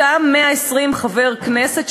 אותם 120 חברי כנסת,